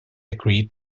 agreed